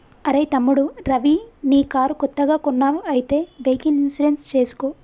అరెయ్ తమ్ముడు రవి నీ కారు కొత్తగా కొన్నావ్ అయితే వెహికల్ ఇన్సూరెన్స్ చేసుకో